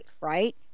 right